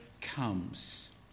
comes